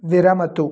विरमतु